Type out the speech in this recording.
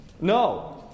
No